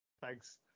Thanks